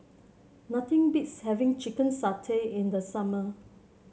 nothing beats having Chicken Satay in the summer